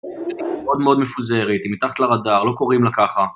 היא מאוד מאוד מפוזרת, היא מתחת לרדאר, לא קוראים לה ככה